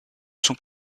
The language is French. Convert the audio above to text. son